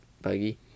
buggy